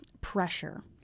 pressure